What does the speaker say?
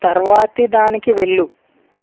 తర్వాతి దానికి వెళ్ళు